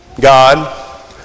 God